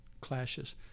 clashes